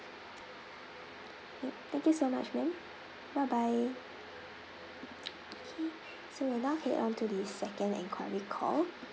mm thank you so much ma'am bye bye okay so we're now head on to the second enquiry call